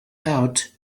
out